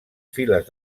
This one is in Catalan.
files